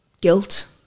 guilt